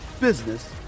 business